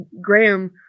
Graham